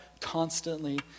constantly